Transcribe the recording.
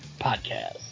Podcast